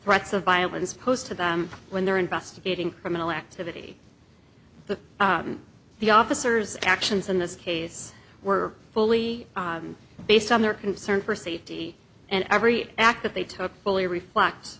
threats of violence close to them when they're investigating criminal activity that the officers actions in this case were fully based on their concern for safety and every act that they took fully reflects